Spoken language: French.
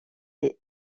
les